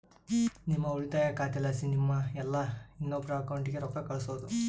ನಿಮ್ಮ ಉಳಿತಾಯ ಖಾತೆಲಾಸಿ ನಿಮ್ಮ ಇಲ್ಲಾ ಇನ್ನೊಬ್ರ ಅಕೌಂಟ್ಗೆ ರೊಕ್ಕ ಕಳ್ಸೋದು